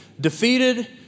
defeated